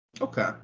Okay